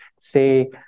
say